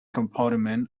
compartment